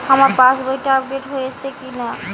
আমার পাশবইটা আপডেট হয়েছে কি?